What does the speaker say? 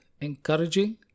encouraging